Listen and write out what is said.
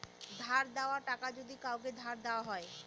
ধার দেওয়া টাকা যদি কাওকে ধার দেওয়া হয়